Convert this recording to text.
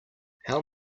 how